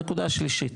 נקודה שלישית,